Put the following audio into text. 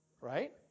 Right